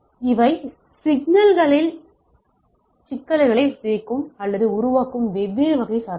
இவை சிக்னலில் சிக்கல்களை சிதைக்கும் அல்லது உருவாக்கும் வெவ்வேறு வகை சத்தங்கள்